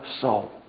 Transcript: soul